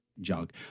junk